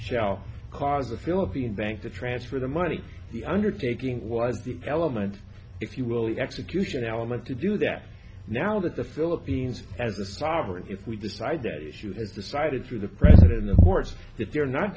shall cause the philippine bank to transfer the money the undertaking was the key element if you will the execution element to do that now that the philippines as a sovereign if we decide that issue has decided through the president of course if you're not